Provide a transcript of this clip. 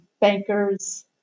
bankers